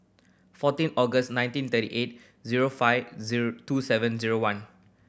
fourteen August nineteen thirty eight zero five zero two seven zero one